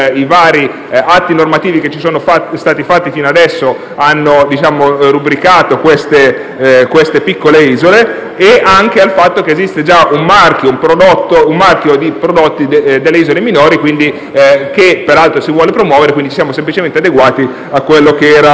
che sono stati varati fino ad oggi hanno rubricato queste piccole isole e anche al fatto che esiste già un marchio di prodotti delle isole minori, che peraltro si vuole promuovere. Ci siamo quindi semplicemente adeguati allo stato dei fatti.